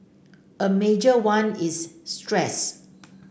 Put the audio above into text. a major one is stress